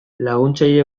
laguntzaile